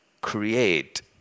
create